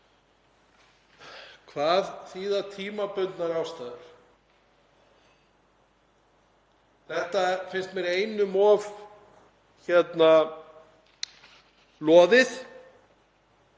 Hvað þýða tímabundnar aðstæður? Þetta finnst mér einum of loðið.